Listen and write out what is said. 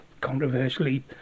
controversially